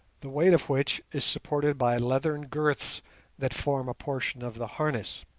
the weight of which is supported by leathern girths that form a portion of the harness.